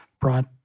brought